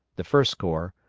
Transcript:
the first corps,